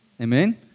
Amen